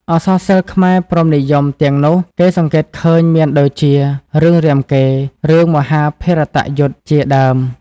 អក្សរសិល្ប៍ខ្មែរព្រហ្មនិយមទាំងនោះ គេសង្កេតឃើញមានដូចជា រឿងរាមកេរ្តិ៍ រឿង មហាភារតយុទ្ធ ជាដើម។